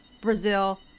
Brazil